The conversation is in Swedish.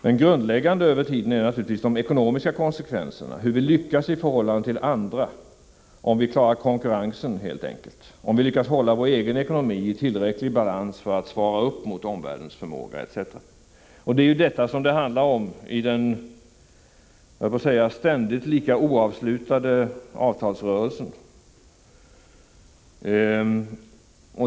Men grundläggande över tiden är naturligtvis de ekonomiska konsekvenserna, hur vi lyckas i förhållande till andra, om vi klarar konkurrensen helt enkelt och om vi lyckas hålla vår egen ekonomi i tillräcklig balans för att svara upp mot omvärldens förmåga etc. Det är detta det handlar om i den ständigt lika oavslutade avtalsrörelsen.